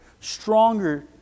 stronger